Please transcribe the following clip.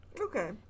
Okay